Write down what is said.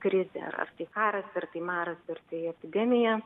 krizė ar tai karas ar tai maras ir tai epidemija